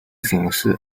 型式